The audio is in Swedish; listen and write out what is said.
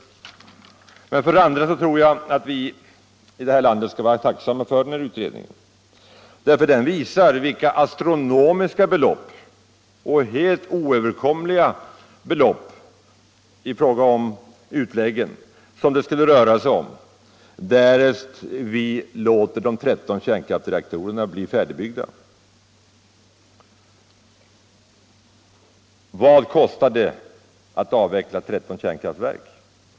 För det andra tror jag att vi i det här landet skall vara tacksamma för utredningen, därför att den visar vilka astronomiska utlägg det skulle röra sig om därest vi låter de 13 kärnkraftsreaktorerna bli färdigbyggda. Vad kostar det att avveckla 13 kärnkraftverk?